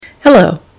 Hello